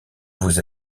vous